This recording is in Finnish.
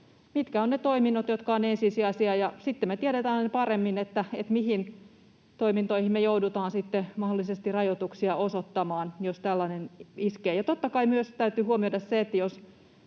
Mitkä ovat ne toiminnot, jotka ovat ensisijaisia? Sitten me tiedetään paremmin, mihin toimintoihin me joudutaan sitten mahdollisesti rajoituksia osoittamaan, jos tällainen iskee. Ja totta kai myös täytyy huomioida se,